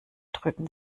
drücken